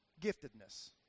giftedness